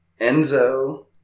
Enzo